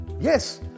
Yes